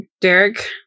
Derek